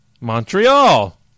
Montreal